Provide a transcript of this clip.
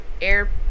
air